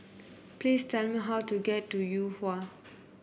please tell me how to get to Yuhua